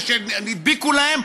ושהדביקו להם,